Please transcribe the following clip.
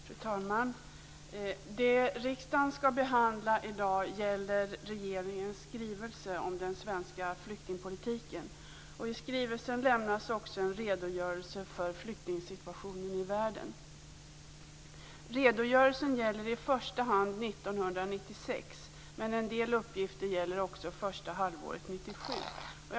Fru talman! Det som riksdagen skall behandla i dag gäller regeringens skrivelse om den svenska flyktingpolitiken. I skrivelsen lämnas också en redogörelse för flyktingsituationen i världen. Redogörelsen gäller i första hand 1996, men en del uppgifter gäller också första halvåret 1997.